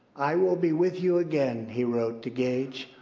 i will be with you again, he wrote to gage.